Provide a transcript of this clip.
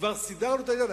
כבר סידרנו את העניין,